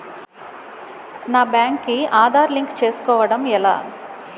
నా బ్యాంక్ కి ఆధార్ లింక్ చేసుకోవడం ఎలా?